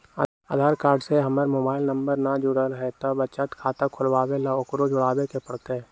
आधार card से हमर mobile number न जुरल है त बचत खाता खुलवा ला उकरो जुड़बे के पड़तई?